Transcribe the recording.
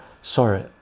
sorry